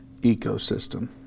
ecosystem